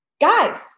guys